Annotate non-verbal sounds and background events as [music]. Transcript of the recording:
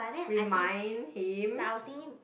remind him [breath]